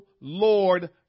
Lord